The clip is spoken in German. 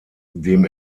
dem